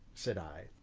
said i.